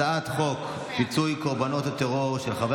הצעת חוק פיצויי קורבנות הטרור של חבר